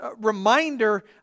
reminder